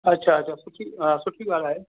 अच्छा अच्छा सुठी हा सुठी ॻाल्हि आहे